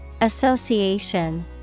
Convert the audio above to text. Association